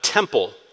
temple